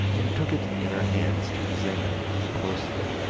and took it in her hands to examine it closely.